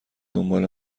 دنبال